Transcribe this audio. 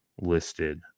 listed